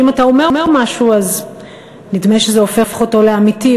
שאם אתה אומר משהו אז נדמה שזה הופך אותו לאמיתי,